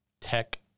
tech